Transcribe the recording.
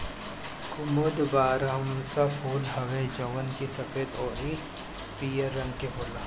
कुमुद बारहमासा फूल हवे जवन की सफ़ेद अउरी पियर रंग के होला